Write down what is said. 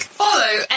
follow